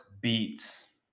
beats